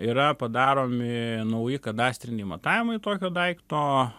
yra padaromi nauji kadastriniai matavimai tokio daikto